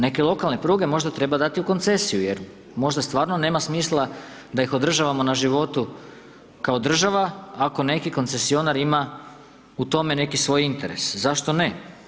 Neke lokalne pruge možda treba dati u koncesiju, jer možda stvarno nema smisla da ih održavamo na životu kao država, ako neki koncesionar ima u tome neki svoj interes, zašto ne.